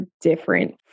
different